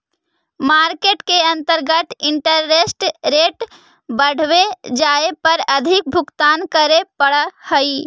market के अंतर्गत interest rate बढ़वे जाए पर अधिक भुगतान करे पड़ऽ हई